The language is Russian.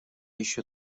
еще